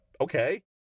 okay